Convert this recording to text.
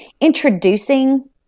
introducing